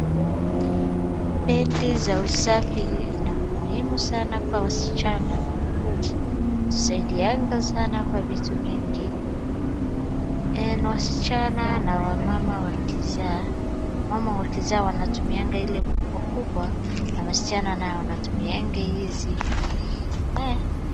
Pedi za usafi inamuhimu sana kwa wasichana inatusaidiaga sana kwa vitu mingi na wasichana na wamama wakizaa. Wamama wakizaa wanatumia ile kubwa kubwa na wasichana nae wanatumiaga hizi.